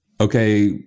okay